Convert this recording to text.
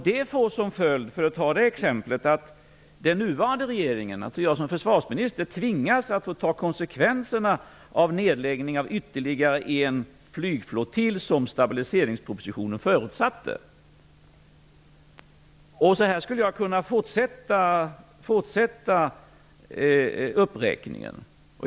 Det får som följd, för att ta det som exempel, att den nuvarande regeringen och jag som försvarsminister tvingas att ta konsekvenserna av nedläggning av ytterligare en flygflottilj, som stabiliseringspropositionen förutsatte. Så skulle jag kunna fortsätta uppräkningen.